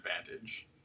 advantage